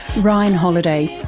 ryan holiday,